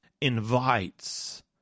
invites